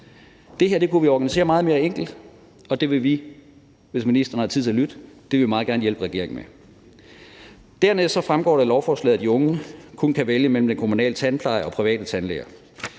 Det her kunne vi organisere meget mere enkelt, og det vil vi, hvis ministeren har tid til at lytte, meget gerne hjælpe regeringen med. Dernæst fremgår det af lovforslaget, at de unge kun kan vælge mellem den kommunale tandpleje og private tandlæger.